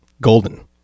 golden